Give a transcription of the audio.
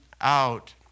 out